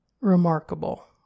remarkable